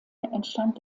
entstand